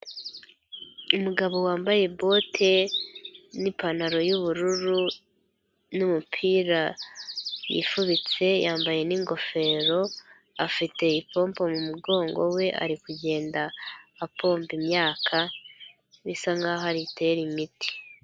Umugabo wambaye bote nipantaro y'ubururu, numupira yifubitse, yambaye n'ingofero, afite ipombo mu mugongo we, ari kugenda apomba imyaka bisa nkaho ayitera imiti.